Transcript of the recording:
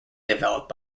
developed